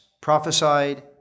prophesied